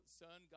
son